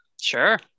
Sure